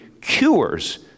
cures